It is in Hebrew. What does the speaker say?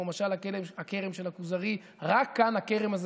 כמו משל הכרם של הכוזרי: רק כאן הכרם הזה